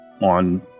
on